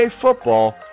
football